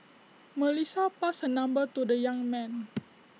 Melissa passed her number to the young man